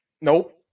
Nope